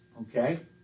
Okay